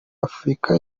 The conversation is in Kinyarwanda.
afurika